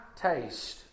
taste